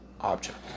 object